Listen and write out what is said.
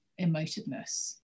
emotiveness